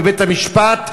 ובית-המשפט,